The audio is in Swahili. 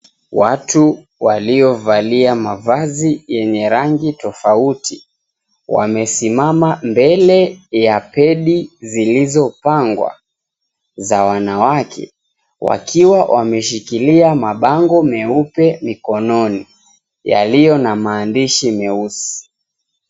Watu waliovalia mavazi yenye rangi tofauti, wamesimama mbele ya pedi zilizopangwa za wanawake, wakiwa wameshikilia mabango meupe mikononi yaliyo na maandishi meusi.